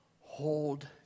hold